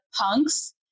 punks